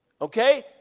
okay